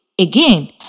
again